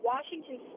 Washington